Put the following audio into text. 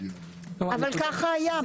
אבל כך היה.